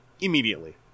Immediately